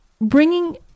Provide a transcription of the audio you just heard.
bringing